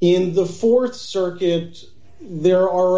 in the th circuit there are